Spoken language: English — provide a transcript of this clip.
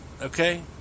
okay